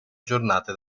giornate